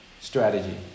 strategy